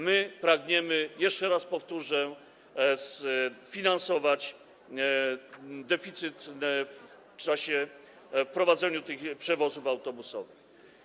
My pragniemy, jeszcze raz powtórzę, sfinansować deficyt w czasie prowadzenia tych przewozów autobusowych.